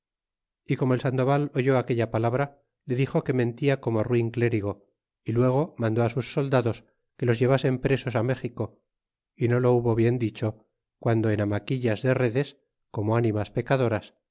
y como el sandoval oyó aquella palabra le dixo que mentia como ruin clérigo y luego mandó á sus soldados que los llevasen presos á méxico y no lo hubo bien dicho cuando en amaquillas redes como ánimas pecadoras